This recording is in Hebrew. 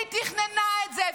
--- זה לא --- היא תכננה את זה,